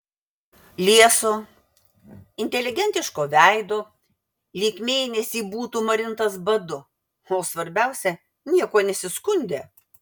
lieso inteligentiško veido lyg mėnesį būtų marintas badu o svarbiausia niekuo nesiskundė